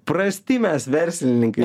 prasti mes verslininkai